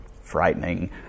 frightening